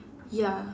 ya